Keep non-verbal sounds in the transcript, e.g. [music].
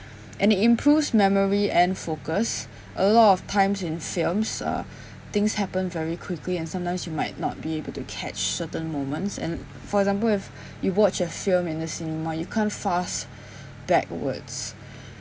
and it improves memory and focus a lot of times in films uh [breath] things happen very quickly and sometimes you might not be able to catch certain moments and for example if you watch a film in the cinema you can't fast [breath] backwards [breath]